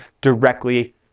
directly